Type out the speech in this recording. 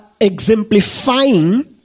exemplifying